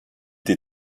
des